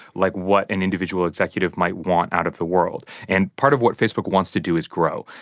like, what an individual executive might want out of the world. and part of what facebook wants to do is grow,